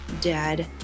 dead